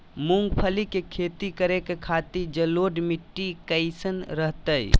मूंगफली के खेती करें के खातिर जलोढ़ मिट्टी कईसन रहतय?